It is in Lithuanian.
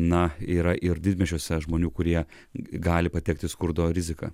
na yra ir didmiesčiuose žmonių kurie gali patekti į skurdo riziką